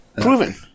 Proven